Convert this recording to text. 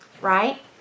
right